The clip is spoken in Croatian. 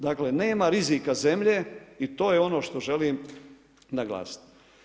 Dakle nema rizika zemlje i to je ono što želim naglasiti.